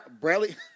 Bradley